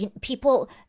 people